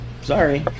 Sorry